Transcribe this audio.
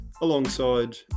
alongside